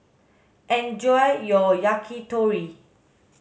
enjoy your Yakitori